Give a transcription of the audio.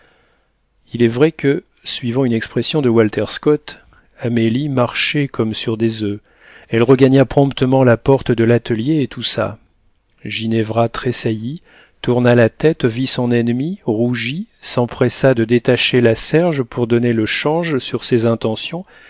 il est vrai que suivant une expression de walter scott amélie marchait comme sur des oeufs elle regagna promptement la porte de l'atelier et toussa ginevra tressaillit tourna la tête vit son ennemie rougit s'empressa de détacher la serge pour donner le change sur ses intentions